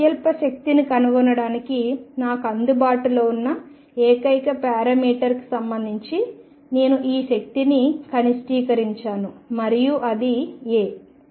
అత్యల్ప శక్తిని కనుగొనడానికి నాకు అందుబాటులో ఉన్న ఏకైక పారామీటర్కు సంబంధించి నేను ఈ శక్తిని కనిష్టీకరించాను మరియు అది a